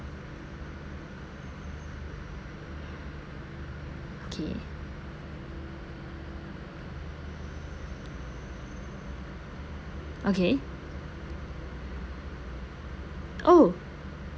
okay okay oh